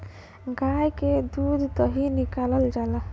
गाय से दूध दही निकालल जाला